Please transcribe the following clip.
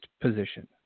position